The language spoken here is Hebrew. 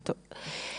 טוב,